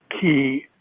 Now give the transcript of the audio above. key